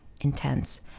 intense